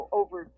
over